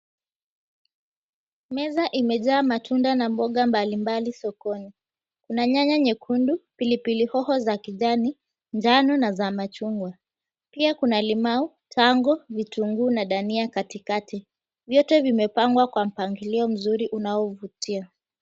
Meza imejaa matunda na mboga mbalimbali sokoni. Kuna nyanya nyekundu, pilipili hoho za kijani, njano na za machungwa. Pia kuna limau, tango na dania katikati. Vyote vimepangwa kwa mpangilio mzuri unaovutia.